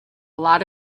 lot